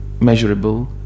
measurable